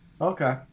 Okay